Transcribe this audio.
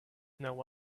now